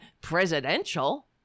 presidential